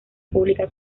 pública